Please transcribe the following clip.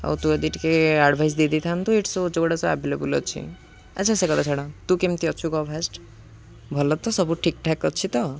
ଆଉ ତୁ ଯଦି ଟିକେ ଆଡ଼ଭାଇସ ଦେଇେଇଥାନ୍ତୁ ଏଇି ସଚଗୁଡ଼ା ସ ଆଭେଲେବୁଲ ଅଛି ଆଚ୍ଛା ସେ କଥା ଛାଡ଼ା ତୁ କେମିତି ଅଛୁ କହ ଫାଷ୍ଟ ଭଲ ତ ସବୁ ଠିକ ଠାକ୍ ଅଛି ତ